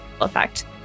effect